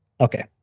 Okay